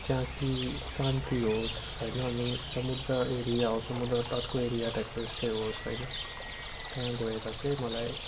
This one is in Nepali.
जहाँ कि शान्ति होस् होइन अनि समुद्र एरिया होस् समुद्र तटको एरिया टाइपकै यस्तै होस् होइन त्यहाँ गएर चाहिँ मलाई